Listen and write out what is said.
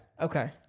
Okay